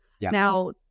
Now